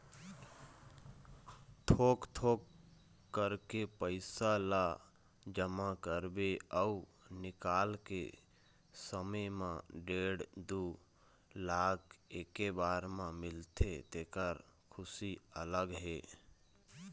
थोक थोक करके पइसा ल जमा करबे अउ निकाले के समे म डेढ़ दू लाख एके बार म मिलथे तेखर खुसी अलगे हे